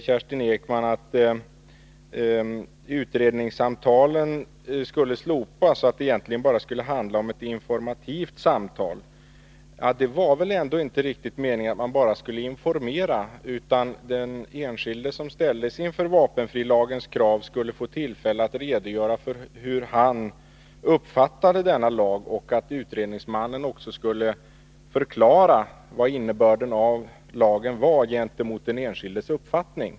Kerstin Ekman sade att utredningssamtalen borde slopas så att det bara handlar om ett informativt samtal. Men meningen var väl ändå inte riktigt att man bara skulle informera, utan den enskilde som ställs inför vapenfrilagens krav skulle få tillfälle att redogöra för hur han uppfattade denna lag. Utredningsmannen skulle förklara innebörden av lagen gentemot den enskildes uppfattning.